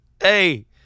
Hey